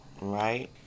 Right